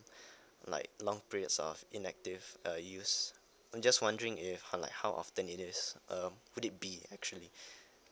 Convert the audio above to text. like long periods of inactive uh used I'm just wondering if how like how often it is um could it be actually